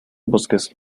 bosques